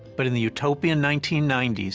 but in the utopian nineteen ninety s,